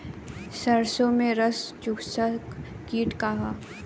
सरसो में रस चुसक किट का ह?